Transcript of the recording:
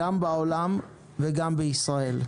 גם בעולם וגם בישראל.